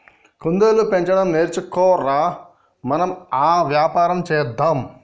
కుందేళ్లు పెంచడం నేర్చుకో ర, మనం ఆ వ్యాపారం చేద్దాం